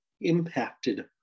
impacted